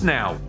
now